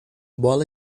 bola